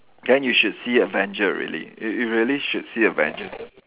then you should see Avenger really you you really should see Avenger